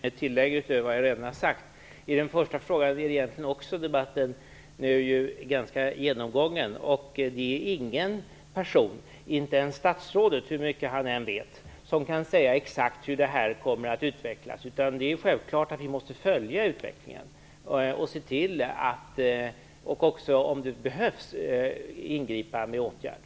Fru talman! I den senare frågan har jag ingenting att tillägga utöver vad jag redan har sagt. I den förra frågan är debatten nu också egentligen ganska genomgången. Det är ingen person - inte ens statsrådet, hur mycket han än vet - som kan säga exakt hur det här kommer att slå. Det är självklart att vi måste följa utvecklingen och, om det behövs, ingripa med åtgärder.